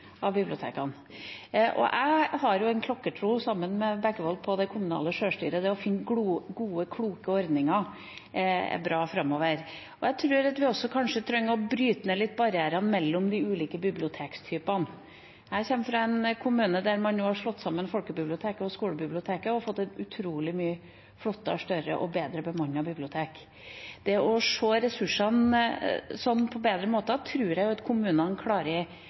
bibliotekene. Jeg har en klokkertro, sammen med Bekkevold, på det kommunale sjølstyret – det å finne gode, kloke ordninger er bra framover. Jeg tror at vi også kanskje trenger å bryte ned litt av barrierene mellom de ulike bibliotektypene. Jeg kommer fra en kommune der man nå har slått sammen folkebiblioteket og skolebiblioteket og fått et utrolig mye flottere, større og bedre bemannet bibliotek. Det å se på ressursene på bedre måter tror jeg at kommunene